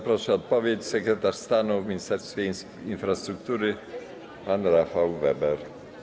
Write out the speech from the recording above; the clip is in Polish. Proszę o odpowiedź sekretarza stanu w Ministerstwie Infrastruktury pana Rafała Webera.